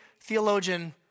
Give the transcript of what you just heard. theologian